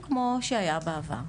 כמו שהיה בעבר.